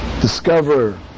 discover